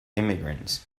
immigrants